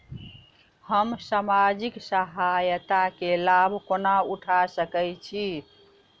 हम सामाजिक सहायता केँ लाभ कोना उठा सकै छी?